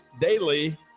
daily